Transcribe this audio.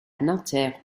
nanterre